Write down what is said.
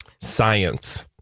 science